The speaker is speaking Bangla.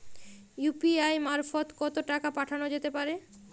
ইউ.পি.আই মারফত কত টাকা পাঠানো যেতে পারে?